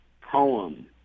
poem